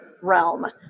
realm